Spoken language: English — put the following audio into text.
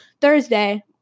Thursday